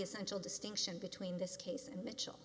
essential distinction between this case and mitchell